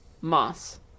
moss